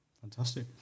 Fantastic